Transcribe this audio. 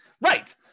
Right